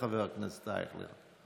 חבר הכנסת אייכלר.